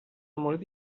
مورد